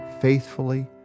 faithfully